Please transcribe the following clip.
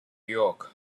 york